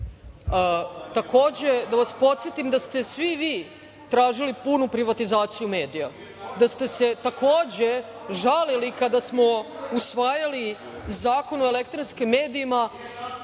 Takođe da vas podsetim da ste svi vi tražili punu privatizaciju medija, da ste se takođe žalili kada smo usvajali Zakon o elektronskim medijima